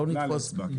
בכלל אצבע.